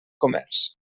comerç